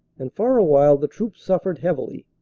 and for a while the troops suffered heavily,